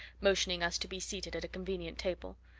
motioning us to be seated at a convenient table.